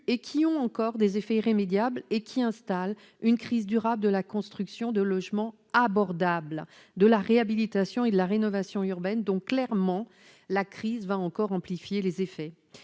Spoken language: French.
eu et ont encore des effets irrémédiables qui installent une crise durable de la construction de logements abordables, de la réhabilitation et de la rénovation urbaine, dont les effets seront encore amplifiés par